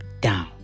down